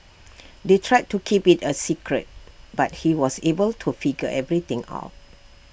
they tried to keep IT A secret but he was able to figure everything out